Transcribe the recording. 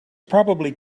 probably